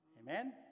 Amen